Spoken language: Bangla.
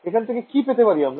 এখান থেকে কি পেতে পারি আমরা